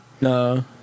No